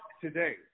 today